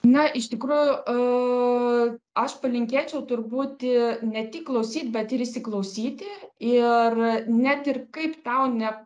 na iš tikrųjų o aš palinkėčiau tur būt i ne tik klausyt bet ir įsiklausyti ir net ir kaip tau ne